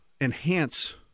enhance